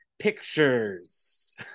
pictures